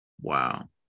Wow